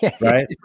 right